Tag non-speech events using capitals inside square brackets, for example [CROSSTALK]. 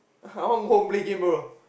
[LAUGHS] I want go home play game bro